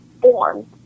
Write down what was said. form